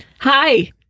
Hi